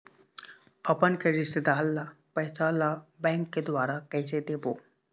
अपन के रिश्तेदार ला पैसा ला बैंक के द्वारा कैसे देबो?